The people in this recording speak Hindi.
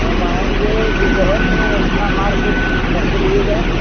हम आएँगे दोपहर में अपना मार्केट पैक करिएगा